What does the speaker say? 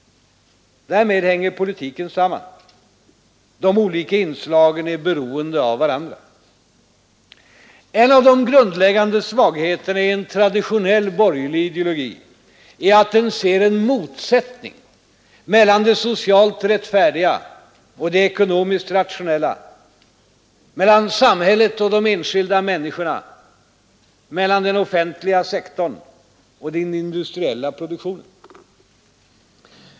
Därmed hänger politiken samman. De olika inslagen är beroende av varandra. En av de grundläggande svagheterna i en traditionell borgerlig ideologi är att den ser en motsättning mellan det socialt rättfärdiga och det ekonomiskt rationella, mellan den offentliga sektorn och den industriella produktionen.